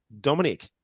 Dominic